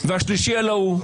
והשלישי על ההוא.